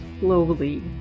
slowly